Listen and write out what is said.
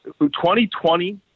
2020